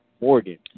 Morgan